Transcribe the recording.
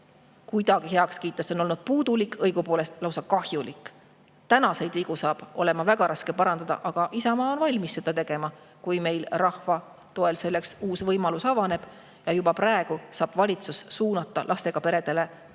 kuidagi heaks kiita, see on olnud puudulik, õigupoolest lausa kahjulik. Tänaseid vigu saab olema väga raske parandada, aga Isamaa on valmis seda tegema, kui meil rahva toel selleks uus võimalus avaneb. Juba praegu saab valitsus suunata lastega peredele palju